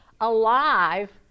alive